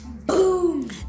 Boom